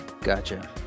Gotcha